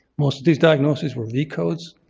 most of these diagnoses were v codes,